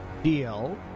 deal